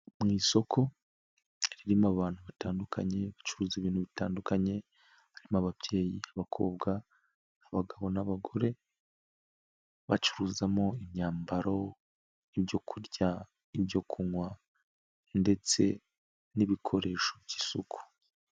Mu isoko ririmo abantu batandukanye bacuruza ibintu bitandukanye, harimo ababyeyi, abakobwa, abagabo n'abagore bacururizamo, imyambaro, ibyokurya ibyo kunywa, ndetse n'ibikoresho by'isuku.